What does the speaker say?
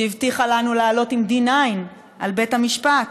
שהבטיחה לנו לעלות עם D9 על בית המשפט,